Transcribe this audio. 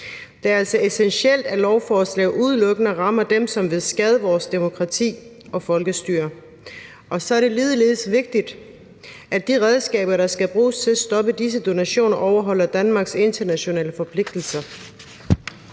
Det er altså essentielt, at lovforslaget udelukkende rammer dem, som vil skade vores demokrati og folkestyre. Så er det ligeledes vigtigt, at de redskaber, der skal bruges til at stoppe disse donationer, er inden for Danmarks internationale forpligtelser.